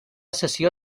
sessió